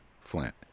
Flint